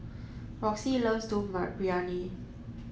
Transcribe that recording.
Roxie loves Dum Briyani